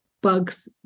bugs